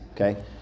Okay